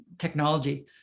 technology